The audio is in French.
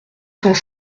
sans